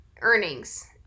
Earnings